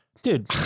Dude